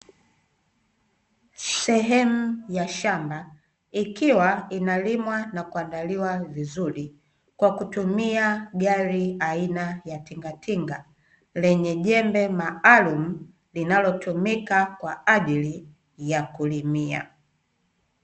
Sehemu ya shamba ikiwa inalimwa na kuandaliwa vizuri, kwa kutumia gari aina ya tingatinga, lenye jembe maalumu, linalotumika kwa ajili ya kulimia.